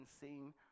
seen